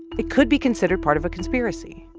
it could be considered part of a conspiracy.